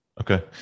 Okay